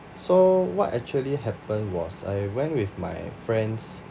so what actually happened was I went with my friends